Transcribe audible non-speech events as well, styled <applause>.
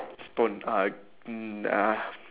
stone uh <noise>